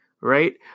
right